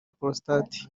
prostate